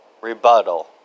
rebuttal